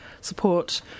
support